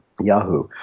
Yahoo